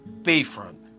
Bayfront